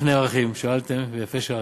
איך נערכים, שאלתם ויפה שאלתם,